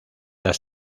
las